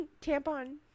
Tampon